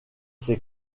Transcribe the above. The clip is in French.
ses